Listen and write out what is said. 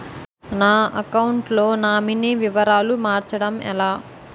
నా అకౌంట్ లో నామినీ వివరాలు మార్చటం ఎలా?